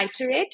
iterate